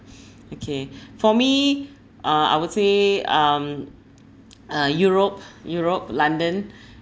okay for me uh I would say um uh europe europe london